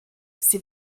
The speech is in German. sie